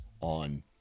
on